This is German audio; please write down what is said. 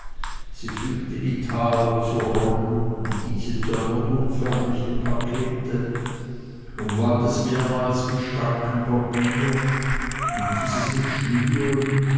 sie fügte die taler zu rollen und diese zu einem unförmlichen pakete umwand es mehrmals mit starkem papier und dieses mit schnüren